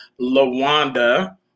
Lawanda